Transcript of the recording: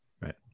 Right